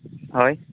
ହଏ